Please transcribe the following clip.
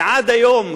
ועד היום,